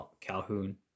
Calhoun